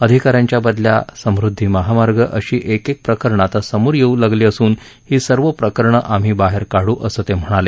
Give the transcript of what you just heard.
अधिका यांच्या बदल्या समृदधी महामार्ग अशी एक एक प्रकरण आता समोर येऊ लागली असून ही सर्व प्रकरणं आम्ही बाहेर काढू असं ते म्हणाले